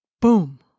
Boom